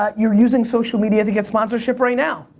ah you're using social media to get sponsorship right now,